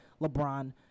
LeBron